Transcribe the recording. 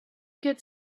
get